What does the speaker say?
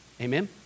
amen